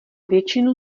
většinu